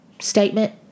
statement